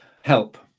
help